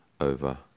over